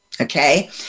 Okay